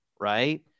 right